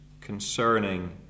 concerning